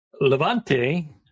Levante